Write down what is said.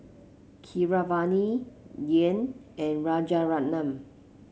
Keeravani Dhyan and Rajaratnam